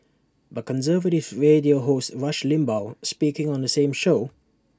but conservative radio host rush Limbaugh speaking on the same show